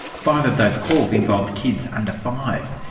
five of those calls involved kids under five.